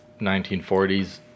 1940s